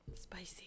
spicy